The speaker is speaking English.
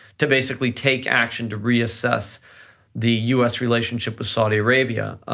to basically take action to reassess the us relationship with saudi arabia.